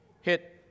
hit